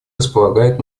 располагает